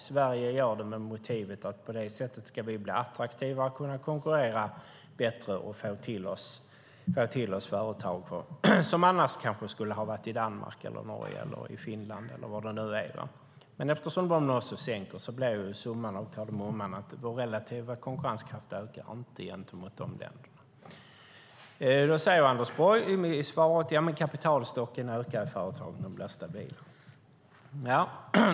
Sverige gör det med motivet att vi på det sättet ska bli attraktiva och kunna konkurrera bättre och dra till oss företag som annars kanske skulle ha varit i Danmark, Norge, Finland eller någon annanstans. Men eftersom dessa länder nu också sänker bolagsskatten blir summan av kardemumman att vår relativa konkurrenskraft inte ökar gentemot dessa länder. Då säger Anders Borg i svaret att kapitalstocken ökar i företagen och de blir stabila.